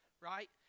right